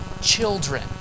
children